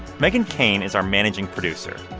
meghan keane is our managing producer.